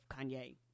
Kanye